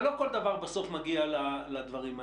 אבל לא כל דבר מגיע לדברים הללו.